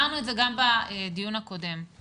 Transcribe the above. אנחנו